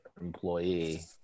employee